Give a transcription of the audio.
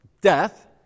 death